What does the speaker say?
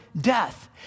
death